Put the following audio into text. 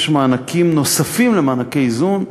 יש מענקים נוספים למענקי איזון,